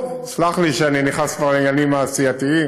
סלח לי שאני נכנס כבר לעניינים הסיעתיים,